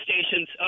stations